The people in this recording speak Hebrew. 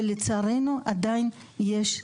ולצערנו, עדיין יש חשיפה.